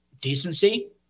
decency